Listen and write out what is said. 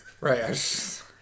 Right